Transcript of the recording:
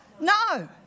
No